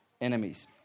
enemies